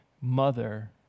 mother